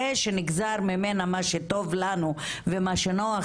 זה שנגזר ממנה מה שטוב לנו ומה שנוח